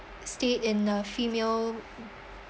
stayed in a female